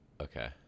okay